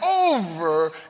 over